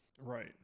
Right